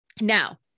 Now